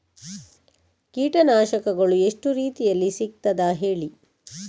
ಕೀಟನಾಶಕಗಳು ಎಷ್ಟು ರೀತಿಯಲ್ಲಿ ಸಿಗ್ತದ ಹೇಳಿ